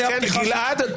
גלעד,